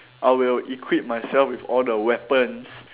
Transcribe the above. I will equip myself with all the weapons